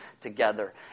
together